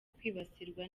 kwibasirwa